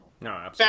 No